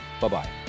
Bye-bye